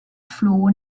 floh